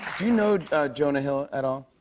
do you know jonah hill at all?